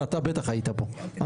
ואתה בטח היית פה.